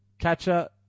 Catcher